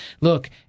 Look